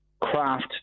craft